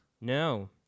No